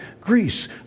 Greece